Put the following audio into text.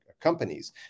companies